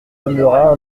demeura